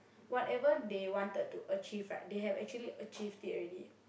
whatever they wanted to achieve right they have actually achieved it already